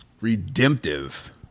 Redemptive